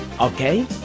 Okay